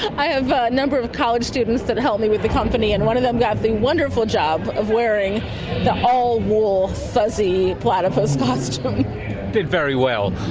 i have a number of college students that help me with the company, and one of them got the wonderful job of wearing the all-wool fuzzy platypus costume. they did very well.